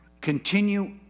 Continue